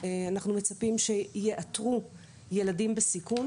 אנחנו רואים עד סוף 2021